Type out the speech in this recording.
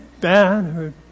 banner